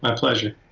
um pleasure.